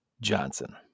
Johnson